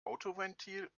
autoventil